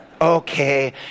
Okay